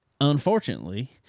Unfortunately